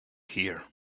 hear